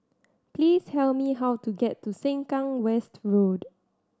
please tell me how to get to Sengkang West Road